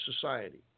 society